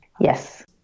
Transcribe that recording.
Yes